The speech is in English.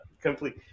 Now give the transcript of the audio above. complete